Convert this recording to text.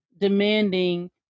demanding